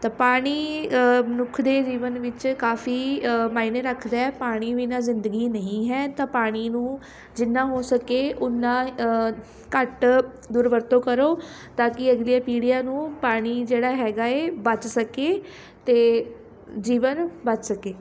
ਤਾਂ ਪਾਣੀ ਮਨੁੱਖ ਦੇ ਜੀਵਨ ਵਿੱਚ ਕਾਫ਼ੀ ਮਾਇਨੇ ਰੱਖਦਾ ਪਾਣੀ ਬਿਨਾਂ ਜ਼ਿੰਦਗੀ ਨਹੀਂ ਹੈ ਤਾਂ ਪਾਣੀ ਨੂੰ ਜਿੰਨਾ ਹੋ ਸਕੇ ਉਨਾ ਘੱਟ ਦੁਰਵਰਤੋਂ ਕਰੋ ਤਾਂ ਕਿ ਅਗਲੀਆਂ ਪੀੜ੍ਹੀਆਂ ਨੂੰ ਪਾਣੀ ਜਿਹੜਾ ਹੈਗਾ ਹੈ ਬਚ ਸਕੇ ਅਤੇ ਜੀਵਨ ਬਚ ਸਕੇ